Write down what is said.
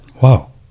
Wow